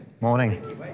Morning